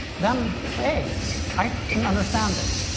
then hey i can understand this.